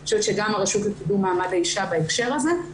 אני חושבת שגם הרשות לקידום מעמד האישה בהקשר הזה.